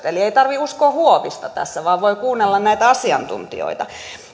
eli ei tarvitse uskoa huovista tässä vaan voi kuunnella näitä asiantuntijoita